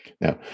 Now